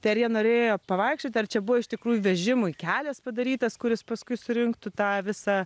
tai ar jie norėjo pavaikščioti ar čia buvo iš tikrųjų vežimui kelias padarytas kuris paskui surinktų tą visą